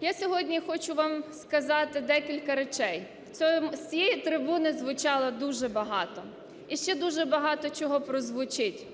Я сьогодні хочу вам сказати декілька речей. З цієї трибуни звучало дуже багато і ще дуже багато чого прозвучить.